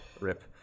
Rip